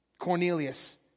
Cornelius